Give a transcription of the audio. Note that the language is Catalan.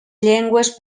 llengües